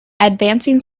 advancing